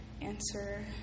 answer